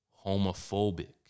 homophobic